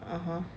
(uh huh)